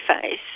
face